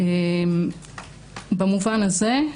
במובן הזה,